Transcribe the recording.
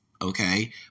okay